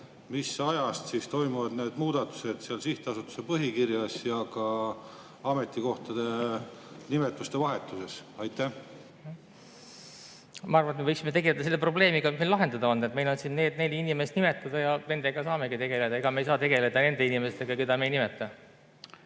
Mis ajast toimuvad need muudatused sihtasutuse põhikirjas ja ka ametikohtade nimetuste vahetus? Ma arvan, et me võiksime tegeleda selle probleemiga, mis meil lahendada on. Meil on siin need neli inimest nimetada ja nendega saamegi tegeleda. Ega me ei saa tegeleda nende inimestega, keda me ei nimeta.